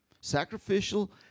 Sacrificial